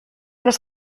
los